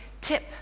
tip